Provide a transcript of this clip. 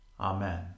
Amen